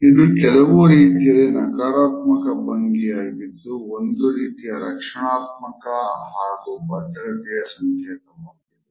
ಇದು ಕೆಲವು ರೀತಿಯಲ್ಲಿ ನಕಾರಾತ್ಮಕ ಭಂಗಿಯಾಗಿದ್ದು ಒಂದು ರೀತಿಯ ರಕ್ಷಣಾತ್ಮಕ ಹಾಗು ಭದ್ರತೆಯ ಸಂಕೇತವಾಗಿದೆ